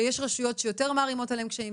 ויש רשויות שיותר מערימות עליהם קשיים,